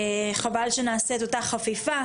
חבל שנעשה את אותה חפיפה,